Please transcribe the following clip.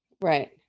Right